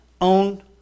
own